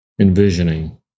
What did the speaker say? envisioning